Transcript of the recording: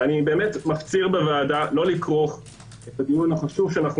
אני מפציר בוועדה לא לכרוך את הדיון החשוב שאנחנו